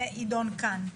זה יידון כאן.